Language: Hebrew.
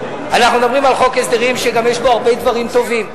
אנחנו מדברים על חוק הסדרים שגם יש בו הרבה דברים טובים,